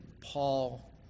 Paul